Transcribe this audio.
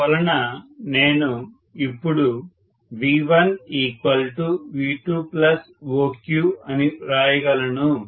అందువలన నేను ఇప్పుడు V1 V2 OQ అని వ్రాయగలను